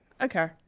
Okay